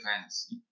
fans